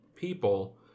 people